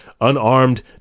unarmed